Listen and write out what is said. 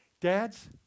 Dads